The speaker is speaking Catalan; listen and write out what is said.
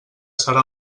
serà